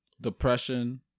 depression